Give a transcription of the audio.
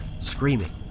screaming